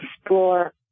explore